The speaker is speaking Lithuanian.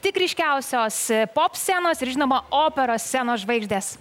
tik ryškiausios pop scenos ir žinoma operos scenos žvaigždės